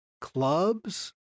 clubs